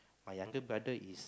my younger brother is